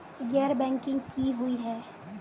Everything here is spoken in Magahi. गैर बैंकिंग की हुई है?